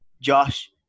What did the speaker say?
Josh